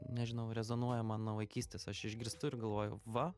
nežinau rezonuoja man nuo vaikystės aš išgirstu ir galvoju va